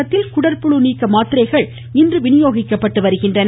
தமிழகத்தில் குடற்புழு நீக்க மாத்திரைகள் இன்று விநியோகிக்கப்படுகின்றன